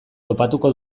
topatuko